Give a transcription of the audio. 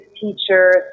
teachers